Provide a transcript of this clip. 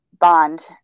Bond